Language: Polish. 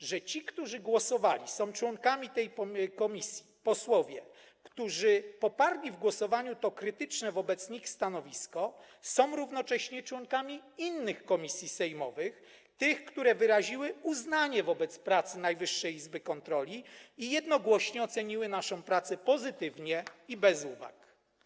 Otóż ci, którzy głosowali, są członkami tej komisji, posłowie, którzy poparli w głosowaniu to krytyczne wobec NIK stanowisko, są równocześnie członkami innych komisji sejmowych, tych, które wyraziły uznanie wobec pracy Najwyższej Izby Kontroli i jednogłośnie oceniły naszą pracę pozytywnie i bez uwag.